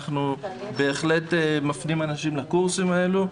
אנחנו בהחלט מפנים אנשים לקורסים האלו.